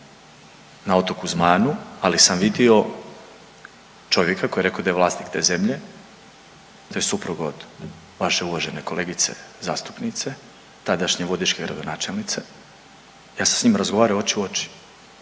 na otoku Zmajanu, ali sam vidio čovjeka koji je rekao da vlasnik te zemlje, to je suprug od vaše uvažene kolegice zastupnice tadašnje vodičke gradonačelnice. Ja sam s njim razgovarao oči u oči.